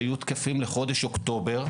שהיו תקפים לחודש אוקטובר.